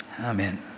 Amen